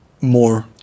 more